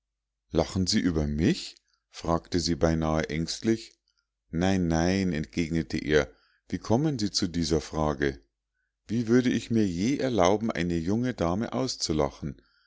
lachen sie über mich fragte sie beinahe ängstlich nein nein entgegnete er wie kommen sie zu dieser frage wie würde ich mir je erlauben eine junge dame auszulachen